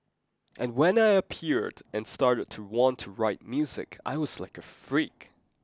and when I appeared and started to want to write music I was like a freak